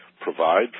provide